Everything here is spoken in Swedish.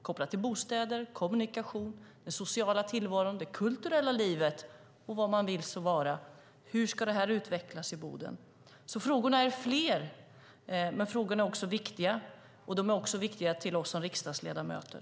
Hur ska bostäder, kommunikation, den sociala tillvaron och det kulturella livet utvecklas i Boden? Frågorna är fler, och de är viktiga för oss riksdagsledamöter.